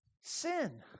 sin